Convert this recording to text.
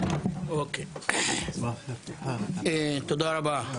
צעירים): תודה רבה.